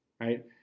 right